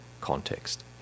context